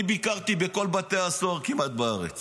אני ביקרתי כמעט בכל בתי הסוהר בארץ,